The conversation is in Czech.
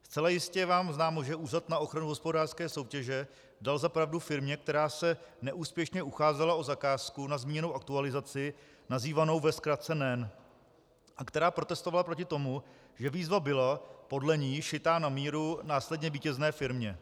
Zcela jistě je vám známo, že Úřad na ochranu hospodářské soutěže dal za pravdu firmě, která se neúspěšně ucházela o zakázku na zmíněnou aktualizaci nazývanou ve zkratce NEN a která protestovala proti tomu, že výzva byla, podle ní, šitá na míru následně vítězné firmě.